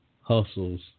hustles